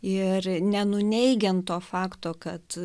ir nenuneigiant to fakto kad